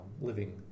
living